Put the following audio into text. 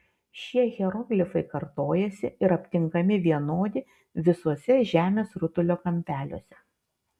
šie hieroglifai kartojasi ir aptinkami vienodi visuose žemės rutulio kampeliuose